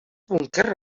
búnquers